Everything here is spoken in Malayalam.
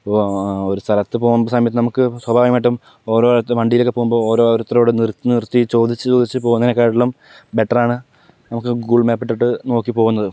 ഇപ്പോൾ ഒരു സ്ഥലത്ത് പോകുന്ന സമയത്ത് നമുക്ക് സ്വാഭാവികമായിട്ടും ഓരോ ഇടത്ത് വണ്ടിയിൽ ഒക്കെ പോകുമ്പോ ഓരോരുത്തരോടും നിർത്തി നിർത്തി ചോദിച്ച് ചോദിച്ച് പോകുന്നതിനെ കാട്ടിലും ബെറ്റർ ആണ് നമുക്ക് ഗൂഗിൾ മാപ്പ് ഇട്ടിട്ട് നോക്കി പോകുന്നത്